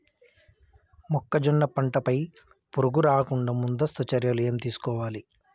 మొక్కజొన్న పంట పై పురుగు రాకుండా ముందస్తు చర్యలు ఏం తీసుకోవాలి?